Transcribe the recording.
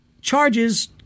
charges